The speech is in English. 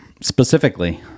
specifically